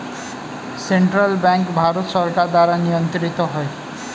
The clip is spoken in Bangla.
সেন্ট্রাল ব্যাঙ্ক ভারত সরকার দ্বারা নিয়ন্ত্রিত হয়